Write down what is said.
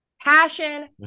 passion